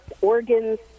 organs